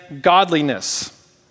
godliness